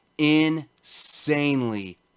Insanely